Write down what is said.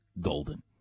golden